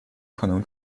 可能